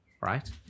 right